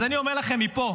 אז אני אומר לכם מפה: